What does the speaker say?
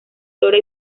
flora